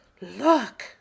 Look